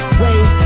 wait